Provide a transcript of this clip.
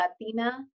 latina